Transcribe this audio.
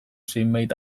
zenbait